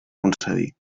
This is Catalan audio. concedir